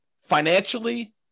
financially